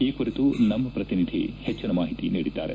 ಈ ಕುರಿತು ನಮ್ಮ ಪ್ರತಿನಿಧಿ ಹೆಚ್ಚಿನ ಮಾಹಿತಿ ನೀಡಿದ್ದಾರೆ